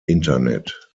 internet